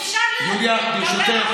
אני הבאתי את החולי?